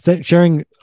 sharing